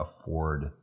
afford